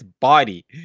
body